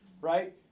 right